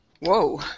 whoa